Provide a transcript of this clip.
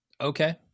Okay